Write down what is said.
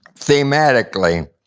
thematically,